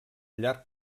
llarg